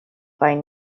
fine